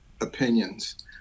opinions